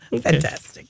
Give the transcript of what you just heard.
Fantastic